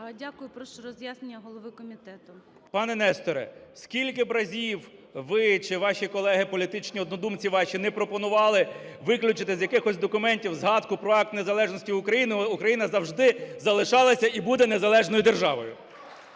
Дякую. Прошу роз'яснення голови комітету. 12:55:06 КНЯЖИЦЬКИЙ М.Л. Пане Несторе, скільки б разів ви чи ваші колеги, політичні однодумці ваші, не пропонували виключити з якихось документів згадку про Акт незалежності України, Україна завжди залишалася і буде незалежною державою,